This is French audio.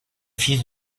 fils